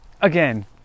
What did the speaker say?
Again